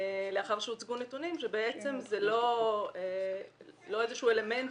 לאחר שהוצגו נתונים שבעצם זה לא איזשהו אלמנט